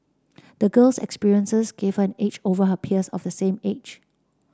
the girl's experiences gave her an edge over her peers of the same age